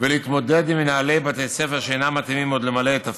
ולהתמודד עם מנהלי בתי ספר שאינם מתאימים עוד למלא את התפקיד.